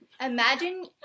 imagine